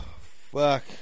Fuck